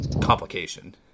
complication